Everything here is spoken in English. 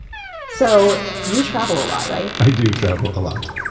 so, you travel a lot, right? i do travel a lot.